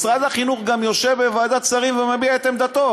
משרד החינוך גם יושב בוועדת שרים ומביע את עמדתו.